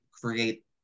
create